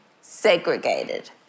segregated